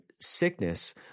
sickness